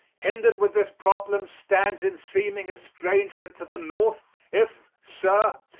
hindered with this problem, stands in seeming estrangement to the north. if, sir,